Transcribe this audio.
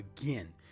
again